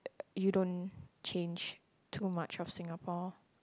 you don't change too much of Singapore